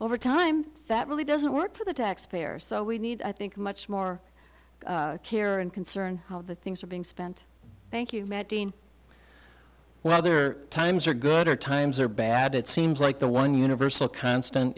over time that really doesn't work for the taxpayer so we need i think much more care and concern how the things are being spent thank you whether times are good or times are bad it seems like the one universal constant